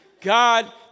God